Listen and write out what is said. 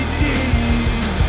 deep